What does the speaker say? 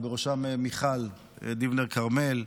ובראשו מיכל דיבנר כרמל,